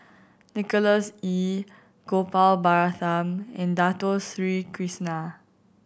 Nicholas Ee Gopal Baratham and Dato Sri Krishna